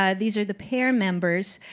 ah these are the pair members,